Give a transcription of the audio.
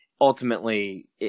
ultimately